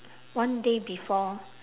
one day before